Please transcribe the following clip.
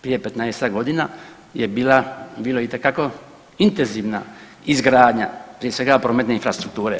Prije 15-tak godina je bilo itekako intenzivna izgradnja prije svega prometne infrastrukture.